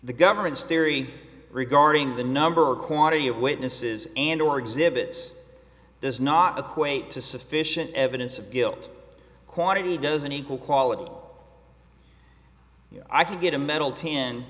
the government's theory regarding the number of quantity of witnesses and or exhibits does not equate to sufficient evidence of guilt quantity doesn't equal quality so i could get a medal t